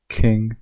king